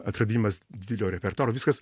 atradimas didelio repertuaro viskas